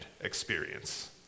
experience